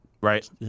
Right